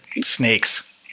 snakes